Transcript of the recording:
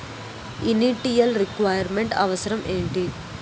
Initial requirement అవసరం ఎంటి?